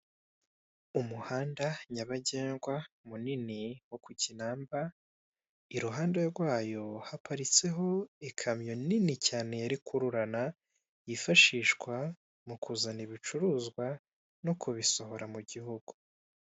Umuhanda nyabagendwa munini wo kukinamba iruhande rwayo haparitseho ikamyo nini cyane ya rukururana yifashishwa mukuzana ibicuruzwa no kubisohora mugihugu.